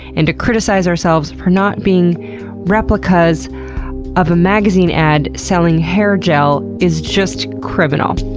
and to criticize ourselves for not being replicas of a magazine ad selling hair gel is just criminal.